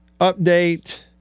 update